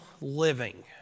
living